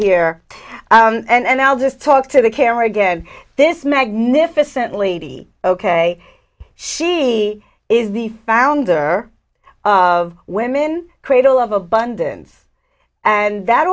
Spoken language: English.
here and i'll just talk to the camera again this magnificent lady ok she is the founder of women cradle of abundance and that